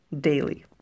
daily